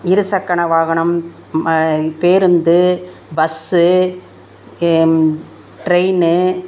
இருசக்கர வாகனம் பேருந்து பஸ்ஸு ட்ரெய்னு